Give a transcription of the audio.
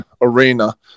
Arena